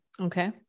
Okay